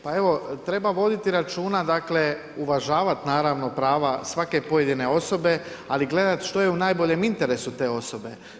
Pa evo, treba voditi računa dakle, uvažavati naravno prava svake pojedine osobe, ali gledati što je u najboljem interesu te osobe.